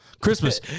Christmas